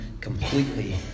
completely